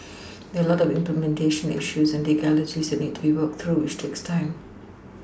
there are a lot of implementation issues and legalities that need to be worked through which takes time